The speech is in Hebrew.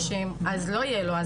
אז לא יהיה לו,